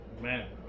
Man